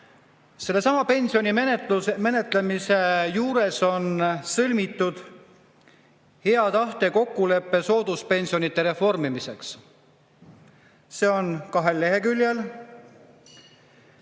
Sellesama pensioni[seaduse] menetlemise juures on sõlmitud hea tahte kokkulepe sooduspensionide reformimiseks. See on kahel leheküljel.